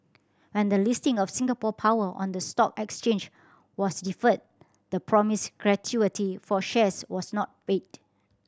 when the listing of Singapore Power on the stock exchange was deferred the promised gratuity for shares was not paid